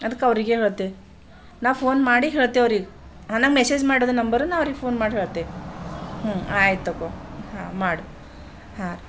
ಅದ್ಕೆ ಅವರಿಗೆ ಹೇಳ್ತೀವಿ ನಾನು ಫೋನ್ ಮಾಡಿ ಹೇಳ್ತೇವೆ ಅವ್ರಿಗೆ ಹಾಂ ನಂಗೆ ಮೆಸೇಜ್ ಮಾಡಿದ ನಂಬರ್ ನಾನು ಅವ್ರಿಗೆ ಫೋನ್ ಮಾಡಿ ಹೇಳ್ತೆ ಹ್ಞೂ ಆಯ್ತು ತಗೋ ಹಾಂ ಮಾಡು ಹಾಂ